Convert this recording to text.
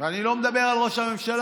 ואני לא מדבר על ראש הממשלה,